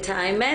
את האמת